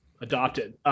adopted